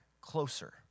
closer